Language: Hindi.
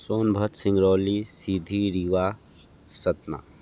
सोनभद्र सिंगरौली सिधी रीवा सतना